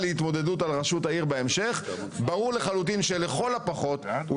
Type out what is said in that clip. להתמודדות על ראשות העיר בהמשך ברור לחלוטין שלכל הפחות הוא